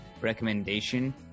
recommendation